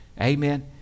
Amen